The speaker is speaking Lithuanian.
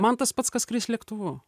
man tas pats kas skrist lėktuvu